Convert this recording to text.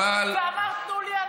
והוא אמר: תנו לי,